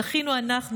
זכינו אנחנו.